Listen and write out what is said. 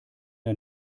der